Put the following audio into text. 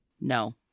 No